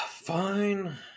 fine